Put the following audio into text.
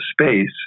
space